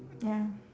ya